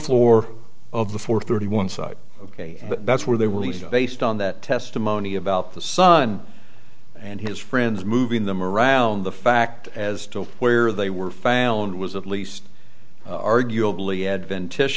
floor of the four thirty one side ok that's where they were he based on that testimony about the son and his friends moving them around the fact as to where they were found was at least arguably adventi